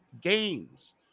games